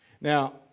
Now